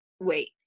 wait